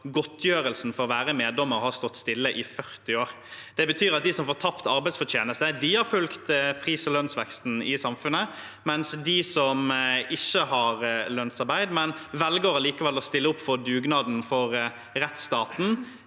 godtgjørelsen for å være meddommer har stått stille i 40 år. Det betyr at de som får tapt arbeidsfortjeneste, har fulgt pris- og lønnsveksten i samfunnet, mens de som ikke har lønnsarbeid, men likevel velger å stille opp for dugnaden for rettsstaten,